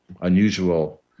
unusual